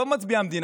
עזוב מצביעי המדינה,